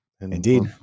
indeed